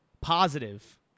positive